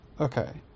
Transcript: Okay